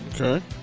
Okay